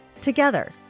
together